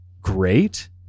great